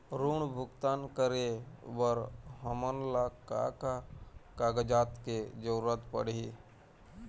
ऋण भुगतान करे बर हमन ला का का कागजात के जरूरत पड़ही?